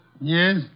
Yes